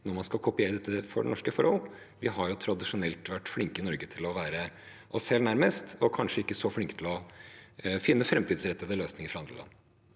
når man skal kopiere dette til norske forhold? Vi har jo tradisjonelt vært flinke i Norge til å være oss selv nærmest og kanskje ikke så flinke til å se til andre land